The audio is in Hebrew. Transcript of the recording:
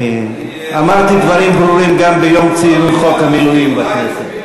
אני אמרתי דברים ברורים גם ביום ציון חוק המילואים בכנסת.